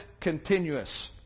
continuous